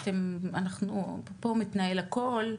פה מתנהל הכל,